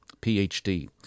PhD